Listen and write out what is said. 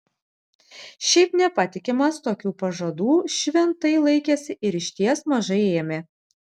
šiaip nepatikimas tokių pažadų šventai laikėsi ir išties mažai ėmė